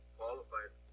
qualified